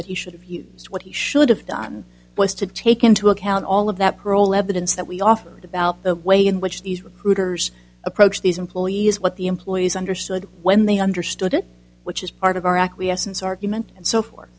that he should have used what he should have done was to take into account all of that girl evidence that we offered about the way in which these recruiters approached these employees what the employees understood when they understood it which is part of our acquiescence argument and so forth